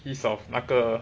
piece of 那个